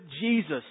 Jesus